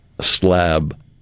slab